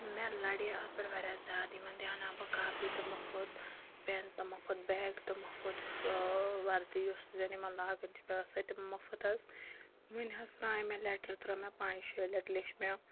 مےٚ لَڑے اَتھ پٮ۪ٹھ واریاہ زیادٕ یِمَن دیٛاناو بہٕ کاپی تہٕ مُفت پٮ۪ن تہٕ مُفُت بیگ تہٕ مُفُت وَردی یُس زَن یِمَن لاگٕنۍ چھِ پٮ۪وان سُہ تہِ مُفُت حظ وٕنہِ حظ ترٛایے مےٚ لٮ۪ٹَر ترٛٲو مےٚ پانٛژِ شیٚیہِ لٹہِ لیٚچھ مےٚ